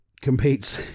competes